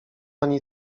ani